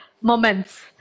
moments